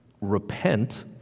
repent